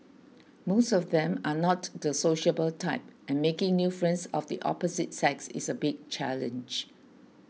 most of them are not the sociable type and making new friends of the opposite sex is a big challenge